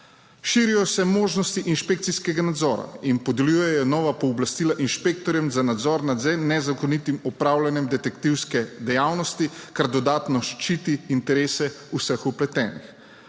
Širijo se možnosti inšpekcijskega nadzora in podeljujejo nova pooblastila inšpektorjem za nadzor nad nezakonitim opravljanjem detektivske dejavnosti, kar dodatno ščiti interese vseh vpletenih.